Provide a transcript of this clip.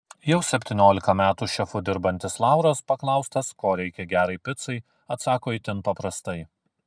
jau septyniolika metų šefu dirbantis lauras paklaustas ko reikia gerai picai atsako itin paprastai